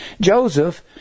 Joseph